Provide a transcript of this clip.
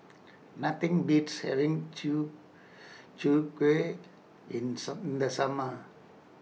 Nothing Beats having Chwee Chwee Kueh in in The Summer